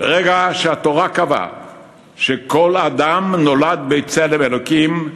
ברגע שהתורה קבעה שכל אדם נולד בצלם אלוקים,